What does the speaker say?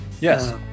Yes